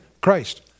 Christ